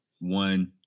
One